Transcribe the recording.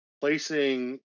placing